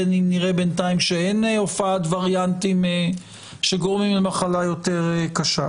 בין אם נראה בינתיים שאין הופעת וריאנטים שגורמים למחלה יותר קשה.